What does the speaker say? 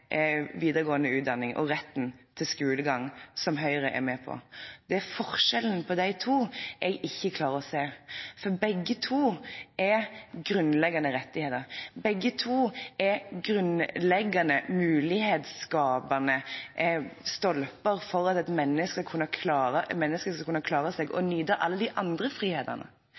videregående utdanning og retten til skolegang, som Høyre er med på. Det er forskjellen på de to jeg ikke klarer å se. For begge to er grunnleggende rettigheter. Begge to er grunnleggende mulighetsskapende stolper for at et menneske skal kunne klare seg og nyte alle de andre frihetene,